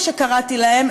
מה שקראתי להם,